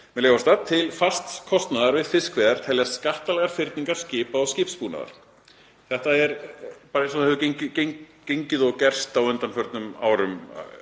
samhenginu. — „Til fasts kostnaðar við fiskveiðar teljast skattalegar fyrningar skipa og skipsbúnaðar.“ Þetta er bara eins og hefur gengið og gerst á undanförnum árum,